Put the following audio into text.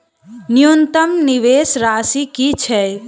न्यूनतम निवेश राशि की छई?